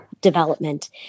development